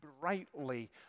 brightly